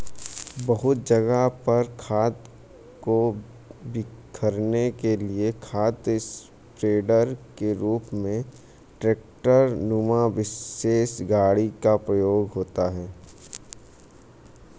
बहुत जगह पर खाद को बिखेरने के लिए खाद स्प्रेडर के रूप में ट्रेक्टर नुमा विशेष गाड़ी का उपयोग होता है